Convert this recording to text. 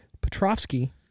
Petrovsky